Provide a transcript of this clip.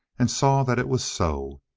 and saw that it was so.